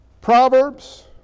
Proverbs